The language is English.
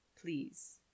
please